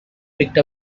picked